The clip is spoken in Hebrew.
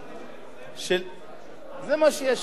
הצעת חוק